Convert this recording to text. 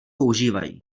používají